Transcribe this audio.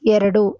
ಎರಡು